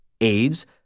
AIDS